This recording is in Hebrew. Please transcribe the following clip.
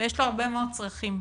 ויש לו הרבה מאוד צרכים,